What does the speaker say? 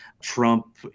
Trump